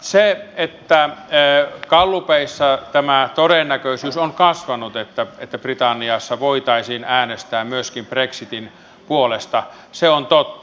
se että gallupeissa todennäköisyys on kasvanut että britanniassa voitaisiin äänestää myöskin brexitin puolesta on totta